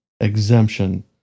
exemption